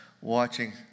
watching